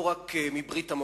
לא רק מברית-המועצות,